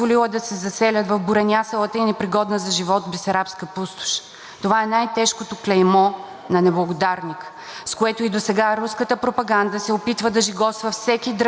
с което и досега руската пропаганда се опитва да жигоса всеки, дръзнал да надигне глас срещу Русия. От друга страна, историческите факти недвусмислено говорят,